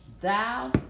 thou